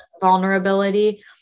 vulnerability